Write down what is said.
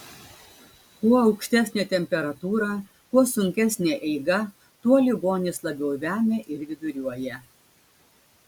kuo aukštesnė temperatūra kuo sunkesnė eiga tuo ligonis labiau vemia ir viduriuoja